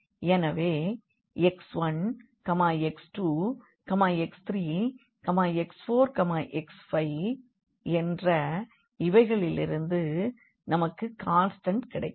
எனவே x1 x2 x3 x4 x5 என்ற இவைகளிலிருந்து நமக்கு கான்ஸ்டண்ட் கிடைக்கும்